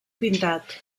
pintat